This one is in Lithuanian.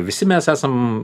visi mes esam